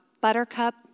Buttercup